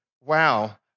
wow